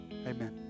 Amen